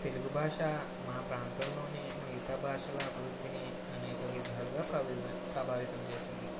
తెలుగు భాష మా ప్రాంతంలోని మిగతా భాషల అభివృద్ధిని అనేక విధాలుగా ప్రభావి ప్రభావితం చేసింది